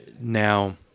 now